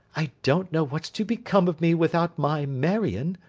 i don't know what's to become of me without my marion,